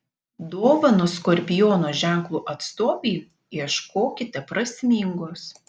dovanos skorpiono ženklo atstovei ieškokite prasmingos